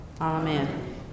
Amen